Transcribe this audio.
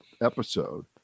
episode